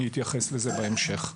אני אתייחס לזה בהמשך.